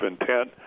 intent